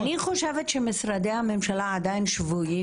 אני חושבת שמשרדי הממשלה עדיין שבויים